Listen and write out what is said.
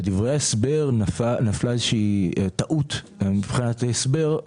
בדברי ההסבר נפלה איזושהי טעות מבחינת ההסבר.